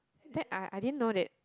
that I I didn't know that